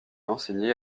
enseigner